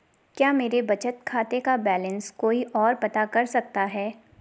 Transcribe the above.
क्या मेरे बचत खाते का बैलेंस कोई ओर पता कर सकता है?